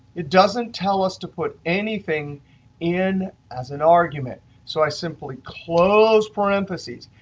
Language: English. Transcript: it doesn't tell us to put anything in as an argument, so i simply close parentheses.